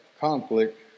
conflict